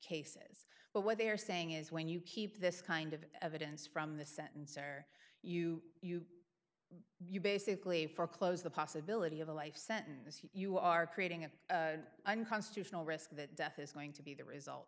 cases but what they are saying is when you keep this kind of evidence from the sentence or you you you basically for close the possibility of a life sentence you are creating an unconstitutional risk that death is going to be the result